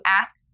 ask